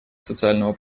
социального